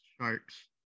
Sharks